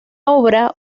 obra